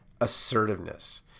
assertiveness